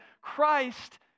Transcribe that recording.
christ